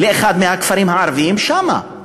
לאחד מהכפרים הערביים שם?